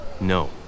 No